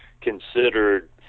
considered